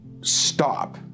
stop